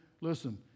Listen